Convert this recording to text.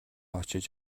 очиж